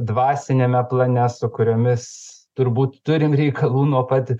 dvasiniame plane su kuriomis turbūt turim reikalų nuo pat